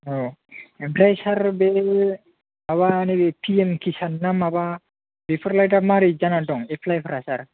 ए आमफ्राय सार बे माबा नैबे पि एम किसान ना माबा बेफोरलाय दा मारै जाना दं एप्लाइफ्रा सार